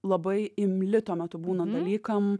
labai imli tuo metu būnu dalykam